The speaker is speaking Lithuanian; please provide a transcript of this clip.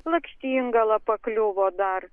lakštingala pakliuvo dar